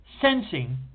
sensing